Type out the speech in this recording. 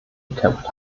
gekämpft